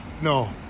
no